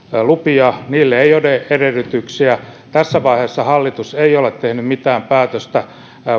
lupia niille ei ole edellytyksiä tässä vaiheessa hallitus ei ole tehnyt mitään päätöstä